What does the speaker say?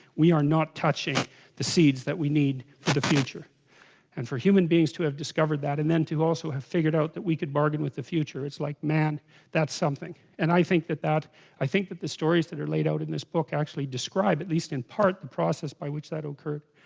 we are not touching the seeds that we need to the future and for human beings to have discovered that and then to also have figured out that we could bargain with the future it's like man that's something and i think that that i think the stories that are laid out in this book actually describe at least in part the process by which that occurred